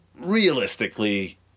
realistically